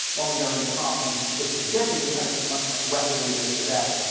long ago in the past, when it's conjected the place was much, much wetter than it is today.